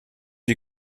die